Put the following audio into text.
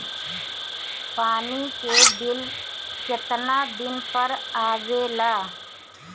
पानी के बिल केतना दिन पर आबे ला?